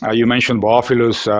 ah you mentioned boophilus.